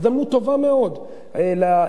הזדמנות טובה מאוד לישראלים,